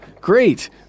great